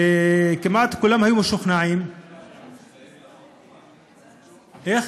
וכמעט כולם היו משוכנעים, אתה מסתייג לחוק, איך?